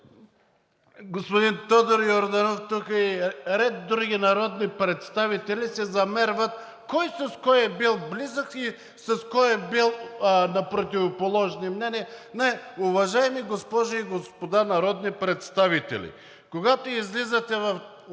това е много